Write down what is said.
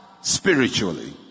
spiritually